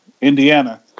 Indiana